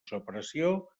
separació